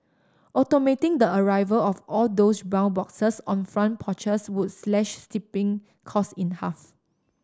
automating the arrival of all those brown boxes on front porches would slash shipping costs in half